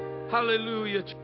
Hallelujah